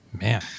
man